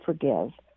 forgive